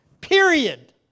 Period